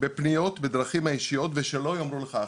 בפניות בדרכים האישיות, ושלא יאמרו לך אחרת.